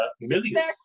millions